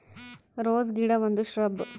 rose ಗಿಡ ಒಂದು shrub